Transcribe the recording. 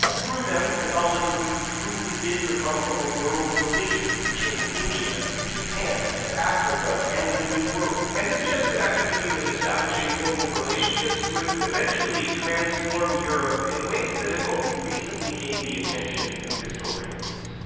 through them, catholicism truly did become a world religion, reaching india, and japan, and africa, and the new world. and this jesuit activism in establishing global relationships would eventually transform europe in ways that have only recently gained the attention of historians.